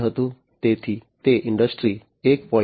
તેથી તે ઇન્ડસ્ટ્રી 1